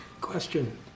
Question